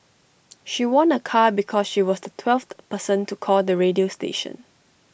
she won A car because she was the twelfth person to call the radio station